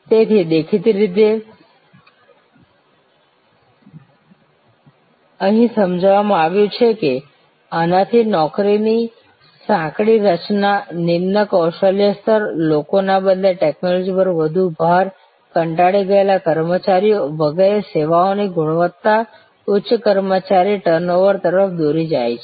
તેથી દેખીતી રીતે તે જ રીતે અહીં સમજાવવામાં આવ્યું છે કે આનાથી નોકરીની સાંકડી રચના નિમ્ન કૌશલ્ય સ્તર લોકોના બદલે ટેક્નોલોજી પર વધુ ભાર કંટાળી ગયેલા કર્મચારીઓ વગેરે સેવાઓની ગુણવત્તા ઉચ્ચ કર્મચારી ટર્નઓવર તરફ દોરી જાય છે